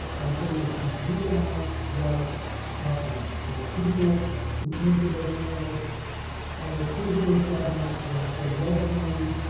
i would say it is the g i. rights hotline. there are people who answer those calls almost twenty four seven, they're they're well trained.